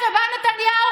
חרפה.